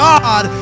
God